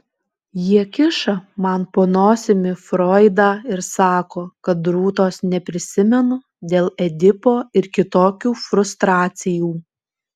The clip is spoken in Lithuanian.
jie kiša man po nosimi froidą ir sako kad rūtos neprisimenu dėl edipo ir kitokių frustracijų